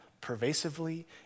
pervasively